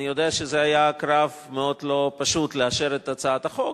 אני יודע שזה היה קרב מאוד לא פשוט לאשר את הצעת החוק,